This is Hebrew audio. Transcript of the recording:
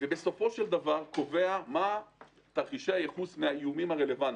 ובסופו של דבר קובע מה תרחישי הייחוס מהאיומים הרלוונטיים.